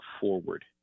forward